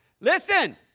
listen